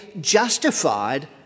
justified